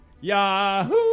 Yahoo